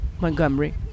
Montgomery